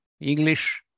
English